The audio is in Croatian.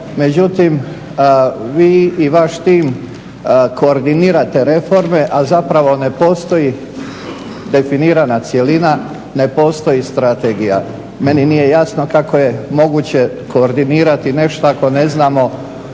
međutim vi i vaš tim koordinirate reforme, a zapravo ne postoji definirana cjelina, ne postoji strategija. Meni nije jasno kako je moguće koordinirati nešto ako ne znamo